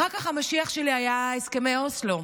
אחר כך המשיח שלי היה הסכמי אוסלו.